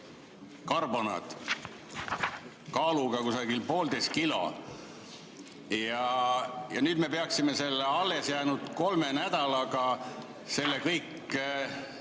karbonaad kaaluga kusagil poolteist kilo. Ja nüüd me peaksime nende alles jäänud kolme nädalaga selle kõik